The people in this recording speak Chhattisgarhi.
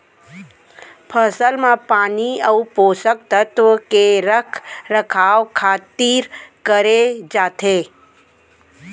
फसल म पानी अउ पोसक तत्व के रख रखाव खातिर करे जाथे